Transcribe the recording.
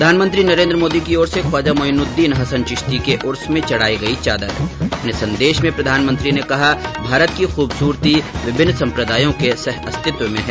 प्रधानमंत्री नरेन्द्र मोदी की ओर से ख्वाजा मोइनुद्दीन हसन चिश्ती के उर्स में चढाई गई चादर अपने संदेश में प्रधानमंत्री ने कहा भारत की खूबसूरती विभिन्न सम्प्रदायों के सह अस्तित्व मे है